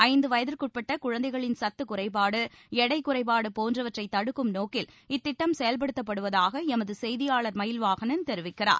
ஐந்து வயதிற்குட்பட்ட குழந்தைகளின் சத்துக் குறைபாடு எடைக் குறைபாடு போன்றவற்றை தடுக்கும் நோக்கில் இத்திட்டம் செயல்படுத்தப்படுவதாக எமது செய்தியாளர் மயில்வாகனன் தெரிவிக்கிறார்